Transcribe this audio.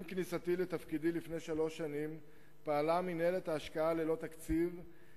עם כניסתי לתפקידי לפני כשלוש שנים פעלה מינהלת ההשקעה ללא תקציב,